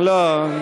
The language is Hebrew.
לא.